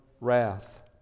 wrath